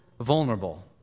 vulnerable